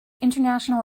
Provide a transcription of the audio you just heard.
international